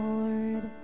Lord